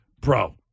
bro